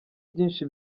byinshi